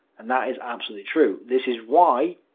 and that is absolutely true. this is why,